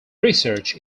research